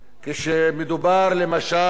כשמדובר, למשל,